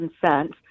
consent